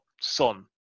son